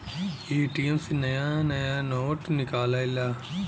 ATM से नया नया नोट निकलेला